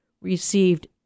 received